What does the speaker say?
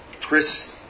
Chris